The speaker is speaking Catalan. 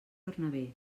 bernabé